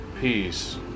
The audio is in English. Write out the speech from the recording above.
peace